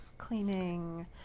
cleaning